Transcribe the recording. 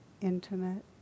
intimate